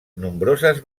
nombroses